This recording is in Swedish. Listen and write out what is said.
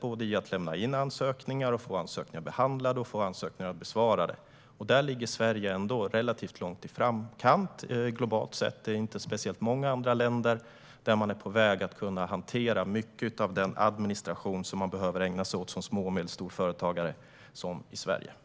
Det gäller både att lämna in ansökningar och att få ansökningar behandlade och besvarade. Där ligger Sverige ändå relativt långt i framkant globalt sett. Det är inte speciellt många andra länder där man är på väg att digitalt kunna hantera mycket av den administration som små och medelstora företagare i Sverige behöver ägna sig åt.